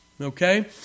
Okay